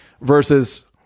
versus